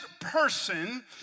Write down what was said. person